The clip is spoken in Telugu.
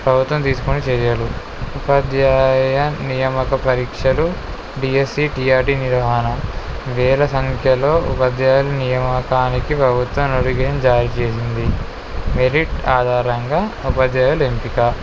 ప్రభుత్వం తీసుకొని చేయాలి ఉపాధ్యాయ నియామక పరీక్షలు డిఎస్సి ఆర్థిక నిర్వహణ వేల సంఖ్యలో ఉపాధ్యాయులు నియమకానికి ప్రభుత్వం నోటిఫికేషన్ జారి చేేసింది మెరిట్ ఆధారంగా ఉపాధ్యాయులు ఎంపిక